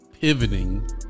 pivoting